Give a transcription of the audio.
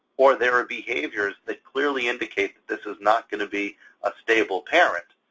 or there are behaviors that clearly indicate that this is not going to be a stable parent,